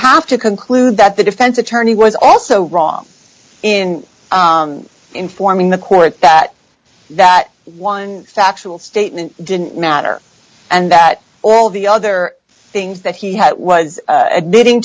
have to conclude that the defense attorney was also wrong in informing the court that that one factual statement didn't matter and that all the other things that he had was admitting